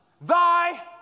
thy